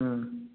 हम्म